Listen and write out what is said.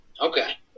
Okay